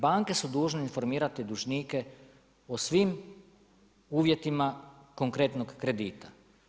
Banke su dužne informirati dužnike o svim uvjetima konkretnog kredita.